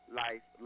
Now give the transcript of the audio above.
life